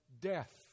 death